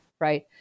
right